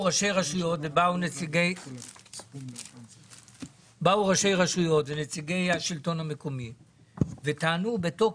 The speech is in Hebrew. ראשי רשויות ובאו נציגי השלטון המקומי וטענו בתוקף,